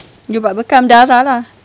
hmm